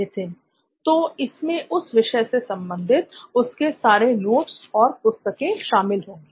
नित्थिन तो इसमें उस विषय से संबंधित उसके सारे नोट्स और पुस्तकें शामिल होंगी